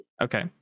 Okay